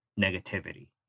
negativity